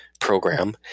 program